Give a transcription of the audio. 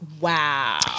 Wow